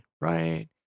right